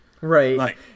Right